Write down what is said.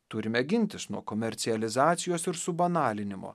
turime gintis nuo komercializacijos ir subanalinimo